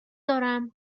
دارم